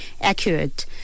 accurate